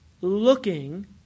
looking